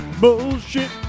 bullshit